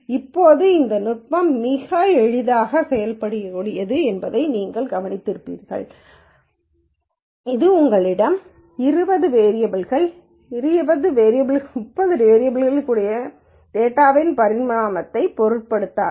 இப்போது இந்த நுட்பம் மிக எளிதாக செயல்படுத்தக்கூடியது என்பதை நீங்கள் கவனிக்கிறீர்கள் இது உங்களிடம் 20 வேரியபல் கள் 30 வேரியபல் கள் இருக்கக்கூடிய டேட்டாகளின் பரிமாணத்தை பொருட்படுத்தாது